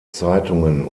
zeitungen